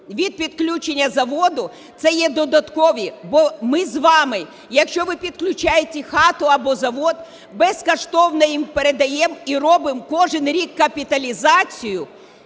...від підключення заводу це є додаткові. Бо ми з вами, якщо ви підключаєте хату або завод, безкоштовно їм передаємо і робимо кожен рік капіталізацію.